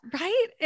Right